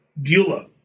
beulah